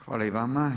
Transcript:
Hvala i vama.